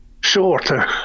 shorter